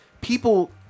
people